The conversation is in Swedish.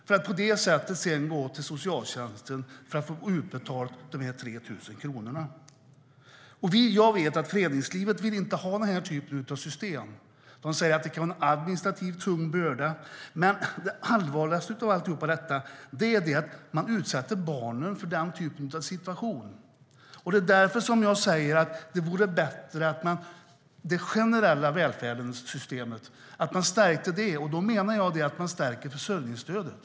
Sedan får de gå till socialtjänsten för att få utbetalt de 3 000 kronorna. Jag vet att föreningslivet inte vill ha den här typen av system. De säger att det kan vara en tung administrativ börda. Men det allvarligast av alltihop är att man utsätter barnen för den typen av situation. Det är därför som det vore bättre att man stärkte det generella välfärdssystemet, och då menar jag att man ska stärka försörjningsstödet.